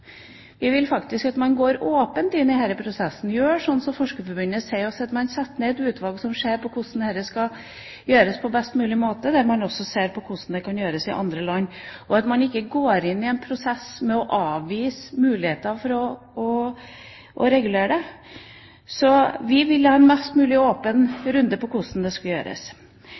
Vi vil faktisk at man går åpent inn i denne prosessen og gjør slik som Forskerforbundet sier, at man setter ned et utvalg som ser på hvordan dette skal gjøres på best mulig måte, og også ser på hvordan det gjøres i andre land, og at man ikke går inn i en prosess med å avvise mulighetene for å regulere dette. Så vi vil ha en mest mulig åpen runde på hvordan det skal gjøres.